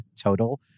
total